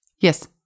Yes